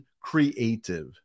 creative